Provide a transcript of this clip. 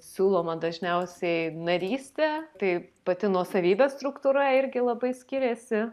siūloma dažniausiai narystė tai pati nuosavybės struktūra irgi labai skiriasi